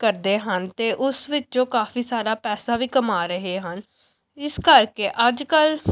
ਕਰਦੇ ਹਨ ਅਤੇ ਉਸ ਵਿੱਚੋਂ ਕਾਫ਼ੀ ਸਾਰਾ ਪੈਸਾ ਵੀ ਕਮਾ ਰਹੇ ਹਨ ਇਸ ਕਰਕੇ ਅੱਜ ਕੱਲ੍ਹ